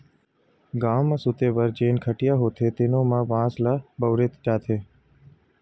गाँव म सूते बर जेन खटिया होथे तेनो म बांस ल बउरे जाथे